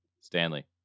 Stanley